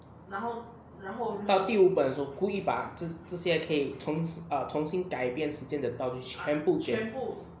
到第五本的时候故意把这些重 err 重新改变时间的道具全部